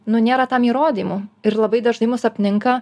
nu nėra tam įrodymų ir labai dažnai mus apninka